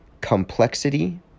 complexity